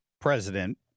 president